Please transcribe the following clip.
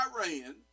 Iran